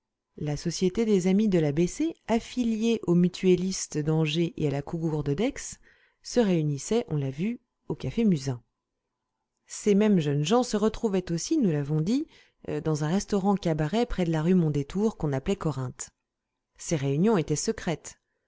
la société des amis de l'a b c affiliée aux mutuellistes d'angers et à la cougourde d'aix se réunissait on l'a vu au café musain ces mêmes jeunes gens se retrouvaient aussi nous l'avons dit dans un restaurant cabaret près de la rue mondétour qu'on appelait corinthe ces réunions étaient secrètes